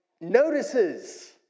notices